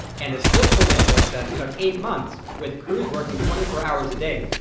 and the slip-forming process took eight months with crews working twenty four hours a day.